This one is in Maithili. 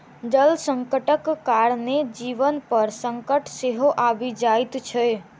जल संकटक कारणेँ जीवन पर संकट सेहो आबि जाइत छै